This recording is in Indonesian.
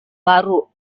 baru